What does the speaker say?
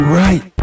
right